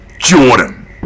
Jordan